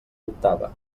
octava